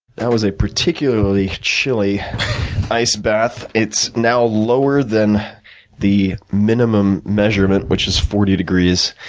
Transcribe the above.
that was a particularly chilly ice bath, it's now lower than the minimum measurement, which is forty degrees,